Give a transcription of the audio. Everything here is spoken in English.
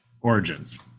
Origins